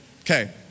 okay